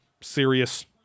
serious